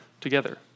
together